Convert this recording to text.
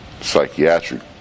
psychiatric